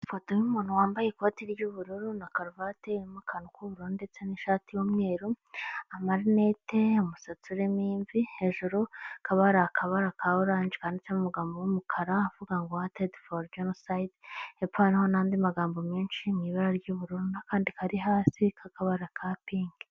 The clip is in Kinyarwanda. Ifoto y'umuntu wambaye ikoti ry'ubururu na karuvati irimo akantu k'ubururu ndetse n'ishati y'umweru, amarinete, umusatsi urimo imvi, hejuru hakaba hari akabara ka oranje kanditseho amagambo y'umukara avuga ngo wantedi foro jenosayidi, hepfo hariho n'andi magambo menshi mu ibara ry'ubururu n'akandi kari hasi k'akabara ka pinki.